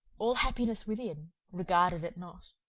all happiness within, regarded it not.